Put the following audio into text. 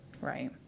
Right